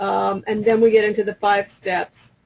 and then we get into the five steps.